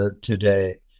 today